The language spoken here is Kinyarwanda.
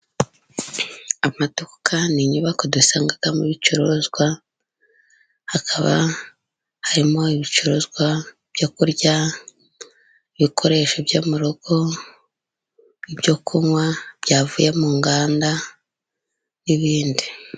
Amaduka ni inyubako dusangamo ibicuruzwa hakaba harimo ibicuruzwa byo kurya, ibikoresho byo mu rugo, ibyo kunywa byavuye mu nganda n'ibindi.